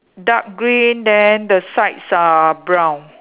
dark green then the sides are brown